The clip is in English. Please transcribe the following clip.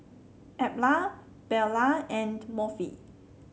Edla Beulah and Murphy